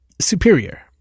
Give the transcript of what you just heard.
superior